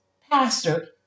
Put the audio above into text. pastor